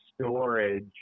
storage